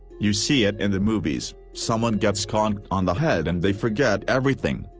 you see it in the movies someone gets conked on the head and they forget everything.